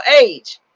age